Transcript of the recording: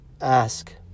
Ask